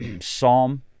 Psalm